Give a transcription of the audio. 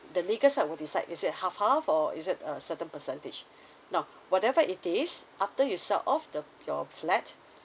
the legal side will decide is it half half or is it a certain percentage now whatever it is after you sell off the your flat